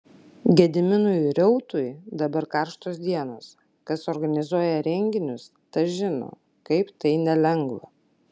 gediminui reutui dabar karštos dienos kas organizuoja renginius tas žino kaip tai nelengva